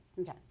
Okay